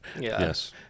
Yes